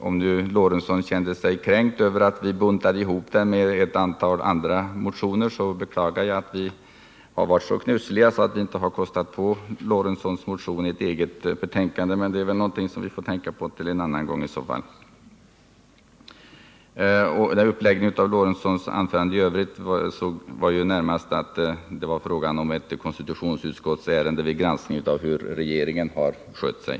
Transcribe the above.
Om Gustav Lorentzon kände sig kränkt över att vi buntat ihop den med ett antal andra motioner, så beklagar jag att vi har varit så knussliga att vi inte kostat på Gustav Lorentzons motion ett eget betänkande. Det är någonting som vi får tänka på till en annan gång, i så fall. Av uppläggningen av Gustav Lorentzons anförande i övrigt framgick närmast att han anser att det här är fråga om ett konstitutionsutskottsärende, en granskning av hur regeringen har skött sig.